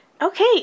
Okay